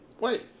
Wait